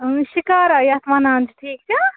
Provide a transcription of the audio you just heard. شِکارا یَتھ وَنان چھِ ٹھیٖک چھا